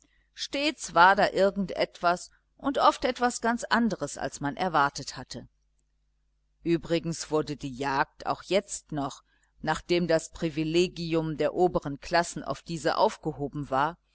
stets war da irgend etwas und oft etwas ganz andres als was man erwartet hatte übrigens wurde die jagd auch jetzt noch nachdem das privilegium der oberen klassen auf diese aufgehoben war